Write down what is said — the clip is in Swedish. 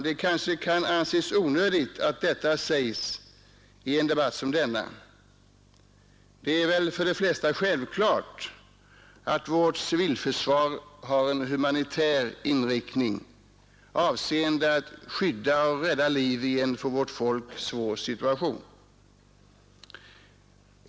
Det kanske kan anses onödigt att detta sägs i en debatt som denna. Det är väl för de flesta självklart att vårt civilförsvar har en humanitär inriktning avseende att skydda och rädda liv i en för vårt folk svår situation.